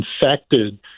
infected